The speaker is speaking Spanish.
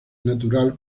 natural